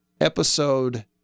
episode